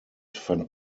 fand